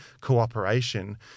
cooperation